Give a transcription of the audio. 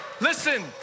Listen